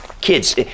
kids